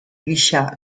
gisa